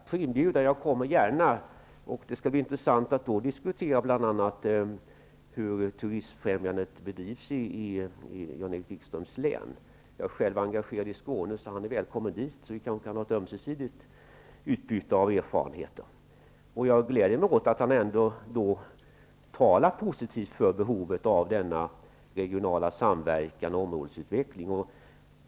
Fru talman! Tack för den inbjudan. Jag kommer gärna. Det skall bli intressant att få diskutera bl.a. hur turistfrämjandet bedrivs i Jan-Erik Wikströms län. Jag är själv engagerad i Skåne. Jan-Erik Wikström är välkommen dit, så får vi ett ömsesidigt utbyte av erfarenheter. Jag gläder mig åt att Jan-Erik Wikström ändå uttalar sig positivt om behovet av en sådan här regional samverkan och områdesutveckling.